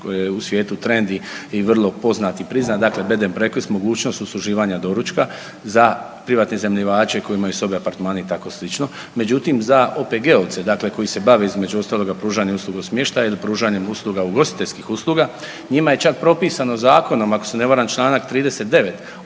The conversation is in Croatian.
tzv. u svijetu trendi i vrlo poznat i priznat, dakle …/nerazumljivo/… s mogućnošću usluživanja doručka za privatne iznajmljivače koji imaju sobe, apartmane i tako slično. Međutim za OPG-ovce koji se bave između ostaloga pružanjem usluga smještaja ili pružanjem usluga, ugostiteljskih usluga njima je čak propisano zakonom ako se na varam Članak 39.